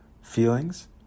feelings